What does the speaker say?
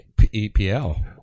EPL